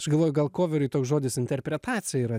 aš galvoju gal koveri toks žodis interpretacija yra